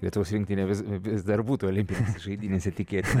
lietuvos rinktinė vis dar būtų olimpinėse žaidynėse tikėtina